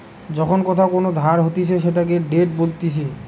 যখন কোথাও কোন ধার হতিছে সেটাকে ডেট বলতিছে